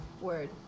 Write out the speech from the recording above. Word